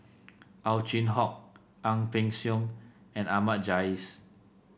Ow Chin Hock Ang Peng Siong and Ahmad Jais